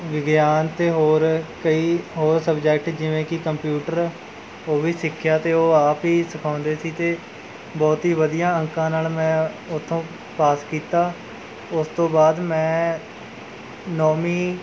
ਵਿਗਿਆਨ ਅਤੇ ਹੋਰ ਕਈ ਹੋਰ ਸਬਜੈਕਟ ਜਿਵੇਂ ਕਿ ਕੰਪਿਊਟਰ ਉਹ ਵੀ ਸਿੱਖਿਆ ਅਤੇ ਉਹ ਆਪ ਹੀ ਸਿਖਾਉਂਦੇ ਸੀ ਅਤੇ ਬਹੁਤ ਹੀ ਵਧੀਆ ਅੰਕਾਂ ਨਾਲ਼ ਮੈਂ ਉੱਥੋਂ ਪਾਸ ਕੀਤਾ ਉਸ ਤੋਂ ਬਾਅਦ ਮੈਂ ਨੌਵੀਂ